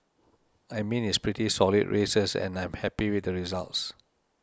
I mean it's pretty solid races and I'm happy with the results